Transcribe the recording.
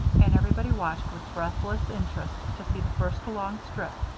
and everybody watched with breathless interest to see the first long strip,